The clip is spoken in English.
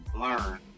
learn